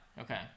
okay